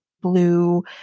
blue